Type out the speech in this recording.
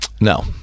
No